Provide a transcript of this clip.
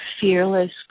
fearless